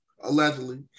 allegedly